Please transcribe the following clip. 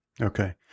Okay